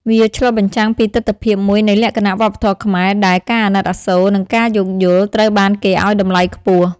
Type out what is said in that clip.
វាឆ្លុះបញ្ចាំងពីទិដ្ឋភាពមួយនៃលក្ខណៈវប្បធម៌ខ្មែរ ដែល ការអាណិតអាសូរ និងការយោគយល់ ត្រូវបានគេឱ្យតម្លៃខ្ពស់។